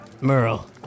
Merle